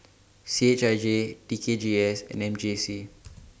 C H I J T K G S and M J C